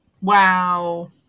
Wow